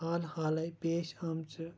hall ہالَے پیش آمژٕ